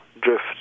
drift